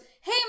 hey